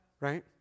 Right